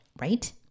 right